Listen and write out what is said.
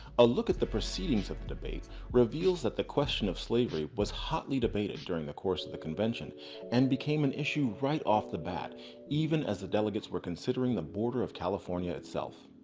a look at the proceedings of debate reveals that the question of slavery was hotly debated during the course of the convention and became an issue right off the bat even as the delegates were considering the border of california itself.